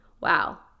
wow